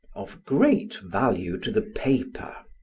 of great value to the paper,